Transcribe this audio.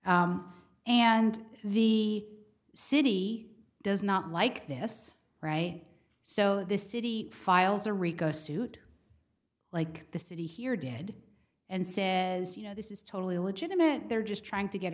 and the city does not like this right so this city files a rico suit like the city here did and says you know this is totally illegitimate they're just trying to get